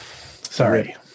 Sorry